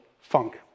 funk